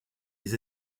les